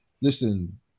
listen